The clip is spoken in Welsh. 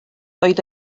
oedd